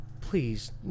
please